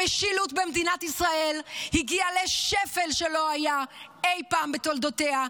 המשילות במדינת ישראל הגיעה לשפל שלא היה אי פעם בתולדותיה.